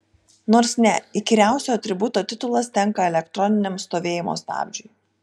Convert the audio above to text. nors ne įkyriausio atributo titulas tenka elektroniniam stovėjimo stabdžiui